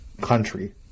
country